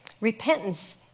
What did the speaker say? Repentance